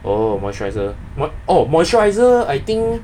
oh moisturiser oh moisturiser I think